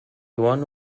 one